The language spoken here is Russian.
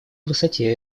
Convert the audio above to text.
высоте